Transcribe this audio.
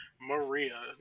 Maria